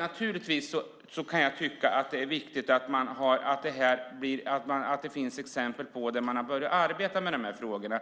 Naturligtvis är det viktigt att det finns bra exempel på att man har börjat arbeta med de här frågorna.